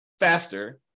faster